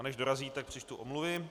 Než dorazí, tak přečtu omluvy.